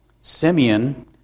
Simeon